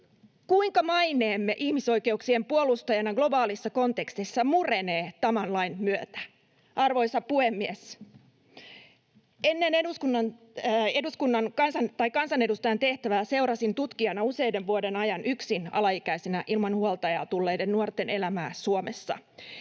kuinka maineemme ihmisoikeuksien puolustajana globaalissa kontekstissa murenee tämän lain myötä? Arvoisa puhemies! Ennen kansanedustajan tehtävää seurasin tutkijana useiden vuosien ajan alaikäisenä yksin ilman huoltajaa tulleiden nuorten elämää Suomessa.